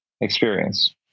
experience